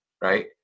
Right